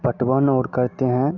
पटवन और करते हैं